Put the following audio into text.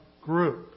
group